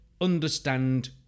understand